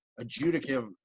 adjudicative